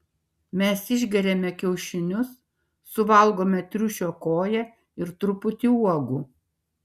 mes išgeriame kiaušinius suvalgome triušio koją ir truputį uogų